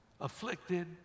afflicted